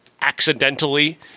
Accidentally